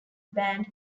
band